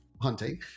hunting